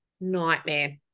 nightmare